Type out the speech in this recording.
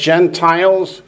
Gentiles